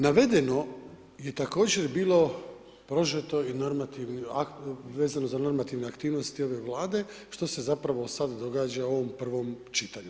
Navedeno je također bilo prožeto, vezano za normativne aktivnosti ove Vlade što se zapravo sada događa u ovom prvom čitanju.